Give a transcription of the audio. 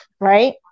right